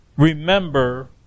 Remember